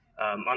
on